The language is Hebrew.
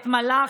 בדקתי את זה.